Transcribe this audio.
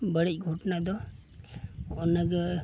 ᱵᱟᱹᱲᱤᱡ ᱜᱷᱚᱴᱚᱱᱟ ᱫᱚ ᱚᱱᱟ ᱜᱮ